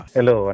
Hello